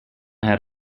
had